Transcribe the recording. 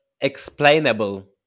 explainable